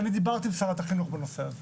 אני דיברתי עם שרת החינוך בנושא הזה